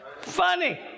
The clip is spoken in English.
Funny